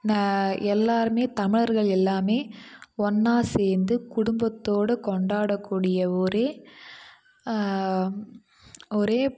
ந எல்லாருமே தமிழர்கள் எல்லாருமே ஒன்றா சேர்ந்து குடும்பத்தோட கொண்டாடக்கூடிய ஒரே ஒரே